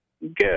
Good